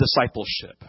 discipleship